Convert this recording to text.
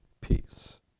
peace